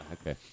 okay